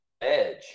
edge